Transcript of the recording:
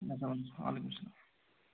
اَسلام وعلیکُم سلام